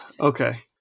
Okay